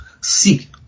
Seek